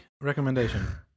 recommendation